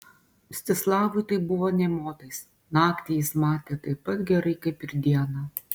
mstislavui tai buvo nė motais naktį jis matė taip pat gerai kaip ir dieną